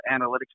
analytics